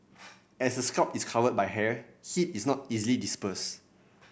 as the scalp is covered by hair heat is not easily dispersed